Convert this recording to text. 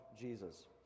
Jesus